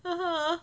(uh huh)